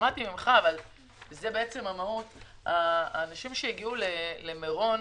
שלך אבל זה בעצם המהות: האנשים שהגיעו למירון